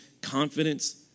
confidence